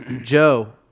Joe